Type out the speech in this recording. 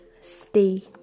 stay